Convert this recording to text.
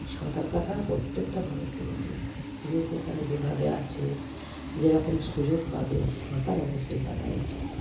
সাঁতার কাটা প্রত্যেকটা মানুষের উচিত যে যেখানে যেভাবে আছে যেরকম সুযোগ পাবে সাঁতার অবশ্যই কাটা উচিত